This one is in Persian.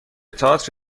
تئاتر